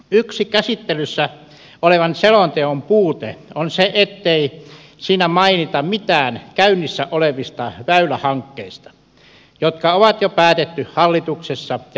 yksi käsittelyssä olevan selonteon puute on se ettei siinä mainita mitään käynnissä olevista väylähankkeista jotka on jo päätetty hallituksessa ja eduskunnassa